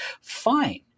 fine